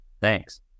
Thanks